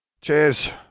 Cheers